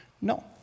No